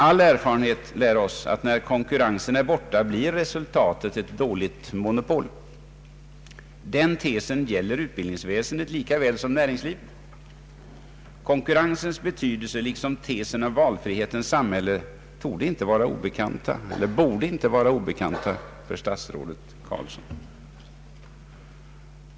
All erfarenhet lär oss att när konkurrensen är borta, blir resultatet ett dåligt monopol. Den tesen Ang. statsbidrag till enskilda yrkesskolor gäller utbildningsväsendet lika väl som näringslivet. Konkurrensens betydelse liksom tesen om valfrihetens samhälle borde inte vara obekanta för statsrådet Carlsson.